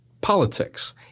politics